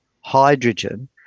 hydrogen